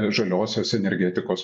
žaliosios energetikos